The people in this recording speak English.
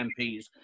MPs